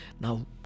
Now